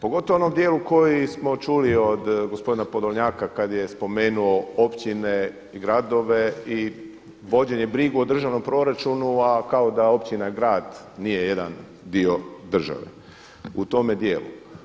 Pogotovo u onom dijelu koji smo čuli od gospodina Podolnjaka kada je spomenuo općine i gradove i vođenje brige o državnom proračunu a kao da općina, grad nije jedan dio države u tome dijelu.